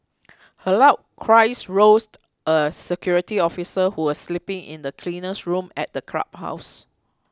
her loud cries roused a security officer who was sleeping in the cleaner's room at the clubhouse